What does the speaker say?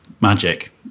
magic